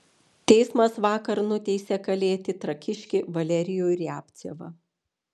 teismas vakar nuteisė kalėti trakiškį valerijų riabcevą